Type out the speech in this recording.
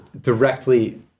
directly